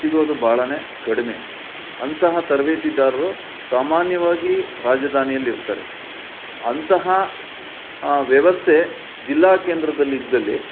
ಸಿಗೋದು ಭಾಳ ಕಡಿಮೆ ಅಂತಹ ತರಬೇತಿದಾರರು ಸಾಮಾನ್ಯವಾಗಿ ರಾಜಧಾನಿಯಲ್ಲಿರ್ತಾರೆ ಅಂತಹ ವ್ಯವಸ್ಥೆ ಜಿಲ್ಲಾ ಕೇಂದ್ರದಲ್ಲಿ ಇದ್ದಲ್ಲಿ